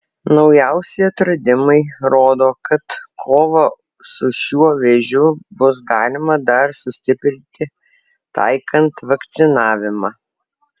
naujausi atradimai rodo kad kovą su šiuo vėžiu bus galima dar sustiprinti taikant vakcinavimą